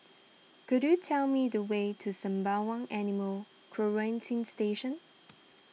could you tell me the way to Sembawang Animal Quarantine Station